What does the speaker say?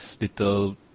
little